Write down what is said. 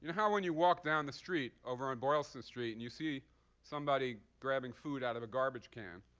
how when you walk down the street over on boylston street, and you see somebody grabbing food out of a garbage can,